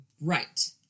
Right